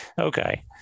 Okay